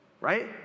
right